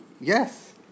Yes